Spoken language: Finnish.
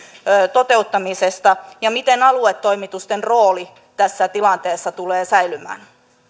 toteuttamisesta miten aluetoimitusten rooli tässä tilanteessa tulee säilymään